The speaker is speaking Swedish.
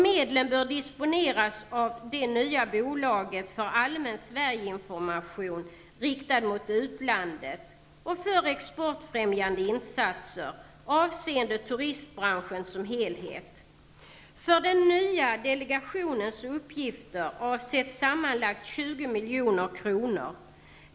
Medlen bör disponeras av det nya bolaget för allmän Sverigeinformation riktad mot utlandet och för exportfrämjande insatser avseende turistbranschen som helhet. För den nya delegationens uppgifter avsätts sammanlagt 20 milj.kr.